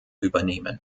übernehmen